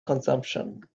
consumption